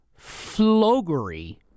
flogery